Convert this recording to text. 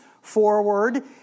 forward